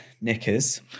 knickers